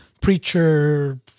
Preacher